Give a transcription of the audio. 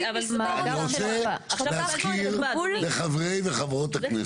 אני רוצה להזכיר לחברי וחברות הכנסת.